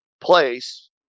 place